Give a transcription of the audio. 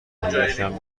دیگشم